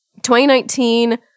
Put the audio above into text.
2019